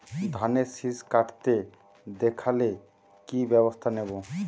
ধানের শিষ কাটতে দেখালে কি ব্যবস্থা নেব?